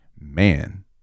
man